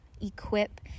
equip